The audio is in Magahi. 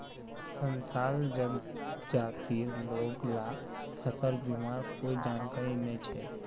संथाल जनजातिर लोग ला फसल बीमार कोई जानकारी नइ छेक